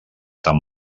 tan